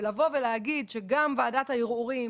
לבוא ולהגיד שגם ועדת הערעורים